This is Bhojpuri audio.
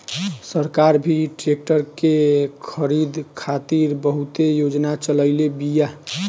सरकार भी ट्रेक्टर के खरीद खातिर बहुते योजना चलईले बिया